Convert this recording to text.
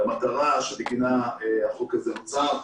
למטרה שבגינה החוק הזה נוצר,